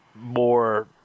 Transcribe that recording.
more